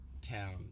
town